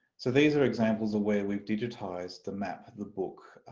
so these are examples of where we've digitised the map, the book,